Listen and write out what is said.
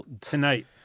Tonight